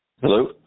Hello